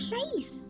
place